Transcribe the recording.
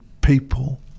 people